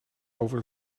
over